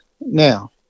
Now